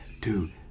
dude